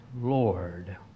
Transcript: Lord